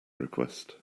request